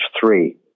three